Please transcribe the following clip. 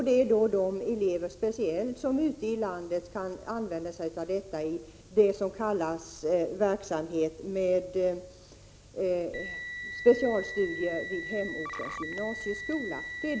Det gäller då speciellt de elever ute i landet som kan använda sig av det som kallas verksamhet med specialstudier vid hemortens gymnasieskola.